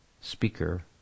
speaker